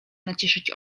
nacieszyć